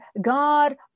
God